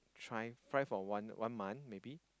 try try for one month maybe